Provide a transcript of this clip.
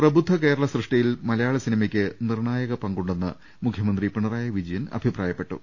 പ്രബുദ്ധ കേരള സൃഷ്ടിയിൽ മലയാള സിനിമക്ക് നിർണായക പങ്കുണ്ടെന്ന് മുഖ്യമന്ത്രി പിണറായി വിജയൻ അഭിപ്രായപ്പെട്ടു